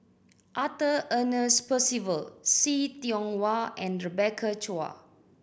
Arthur Ernest Percival See Tiong Wah and Rebecca Chua